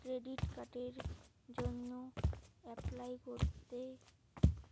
credit কার্ডের জইন্যে apply করিতে